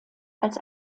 als